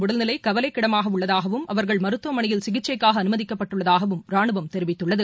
உடல்நிலைகவலைக்கிடமாகஉள்ளதாகவும் அவர்கள் இதில் பேரின் மருத்துவமனையில் ஆறு சிகிச்சைக்காஅனுமதிக்கப்பட்டுள்ளதாகவும் ரானுவம் தெரிவித்துள்ளது